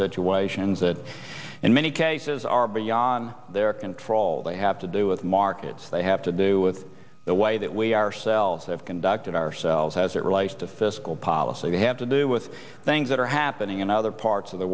situations that in many cases are beyond their control they have to do with markets they have to do with the way that we ourselves have conducted ourselves as it relates to fiscal policy they have to do with things that are happening in other parts of the